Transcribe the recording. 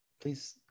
Please